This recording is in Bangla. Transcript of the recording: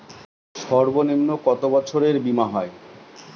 সর্বনিম্ন কত বছরের বীমার হয়?